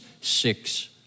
six